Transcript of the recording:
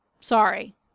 Sorry